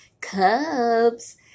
Cubs